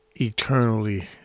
eternally